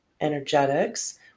energetics